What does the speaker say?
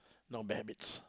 not bad habits